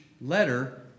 letter